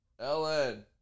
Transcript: Ellen